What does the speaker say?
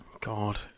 God